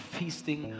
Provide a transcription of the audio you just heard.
feasting